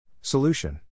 Solution